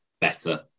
better